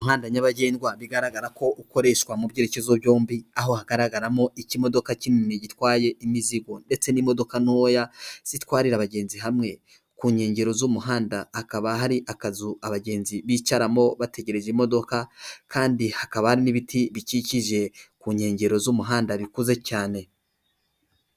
Umuhanda nyabagendwa bigaragara ko ukoreshwa mu byerekezo byombi, aho hagaragaramo ikimodoka kinini gitwaye imizigo ndetse n'imodoka ntoya zitwarira abagenzi hamwe, ku nkengero z'umuhanda hakaba hari akazu abagenzi bicaramo bategereza imodoka kandi hakaba n'ibiti bikikije ku nkengero z'umuhanda bikuze cyane.